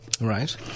Right